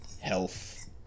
health